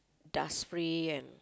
dust free and